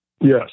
Yes